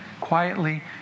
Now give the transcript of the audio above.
quietly